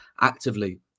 actively